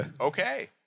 Okay